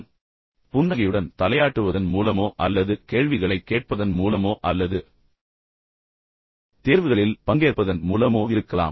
எனவே புன்னகையுடன் தலையாட்டுவதன் மூலமோ அல்லது கேள்விகளைக் கேட்பதன் மூலமோ அல்லது தேர்வுகளில் பங்கேற்பதன் மூலமோ இருக்கலாம்